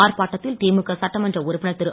ஆர்ப்பாட்டத்தில் திமுக சட்டமன்ற உறுப்பினர் திரு